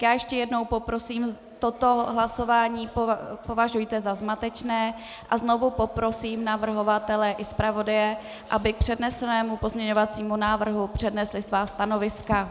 Já ještě jednou poprosím toto hlasování považujte za zmatečné a znovu poprosím navrhovatele i zpravodaje, aby k přednesenému pozměňovacímu návrhu přednesli svá stanoviska.